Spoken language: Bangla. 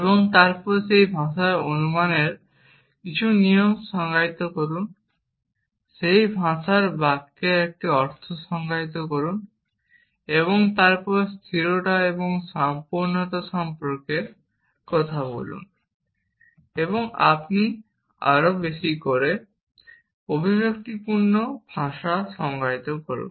এবং তারপর সেই ভাষায় অনুমানের কিছু নিয়ম সংজ্ঞায়িত করুন সেই ভাষায় বাক্যের একটি অর্থ সংজ্ঞায়িত করুন এবং তারপর স্থিরতা এবং সম্পূর্ণতা সম্পর্কে কথা বলুন এবং আপনি আরও বেশি করে অভিব্যক্তিপূর্ণ ভাষা সংজ্ঞায়িত করুন